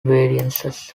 variances